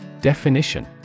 Definition